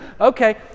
Okay